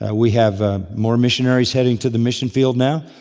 and we have ah more missionaries heading to the mission field now,